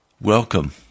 Welcome